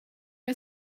are